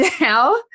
now